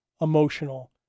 emotional